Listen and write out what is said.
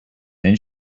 then